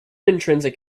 intrinsic